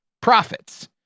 profits